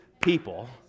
people